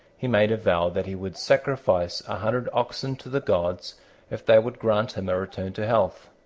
he made a vow that he would sacrifice a hundred oxen to the gods if they would grant him a return to health.